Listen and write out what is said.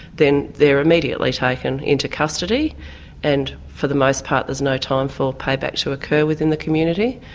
then they're immediately taken into custody and for the most part there's no time for payback to occur within the community.